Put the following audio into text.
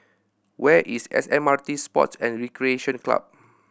where is S M R T Sports and Recreation Club